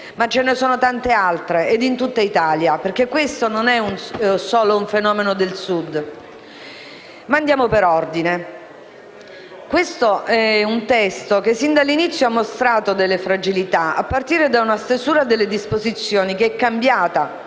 Ma ce ne sono tante altre e in tutta Italia, perché questo non è un fenomeno solo del Sud. Ma andiamo per ordine. Questo in esame è un testo che, fin dall'inizio, ha mostrato delle fragilità, a partire da una stesura delle disposizioni che è cambiata